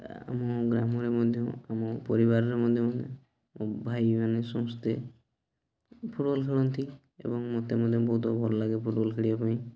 ଆମ ଗ୍ରାମରେ ମଧ୍ୟ ଆମ ପରିବାରରେ ମଧ୍ୟ ମୋ ଭାଇମାନେ ସମସ୍ତେ ଫୁଟବଲ୍ ଖେଳନ୍ତି ଏବଂ ମୋତେ ମଧ୍ୟ ବହୁତ ଭଲ ଲାଗେ ଫୁଟବଲ୍ ଖେଳିବା ପାଇଁ